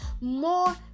more